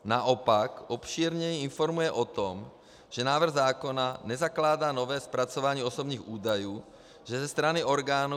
Naopak obšírně informuje o tom, že návrh zákona nezakládá nové zpracování osobních údajů, že ze strany orgánů